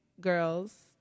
girls